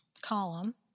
column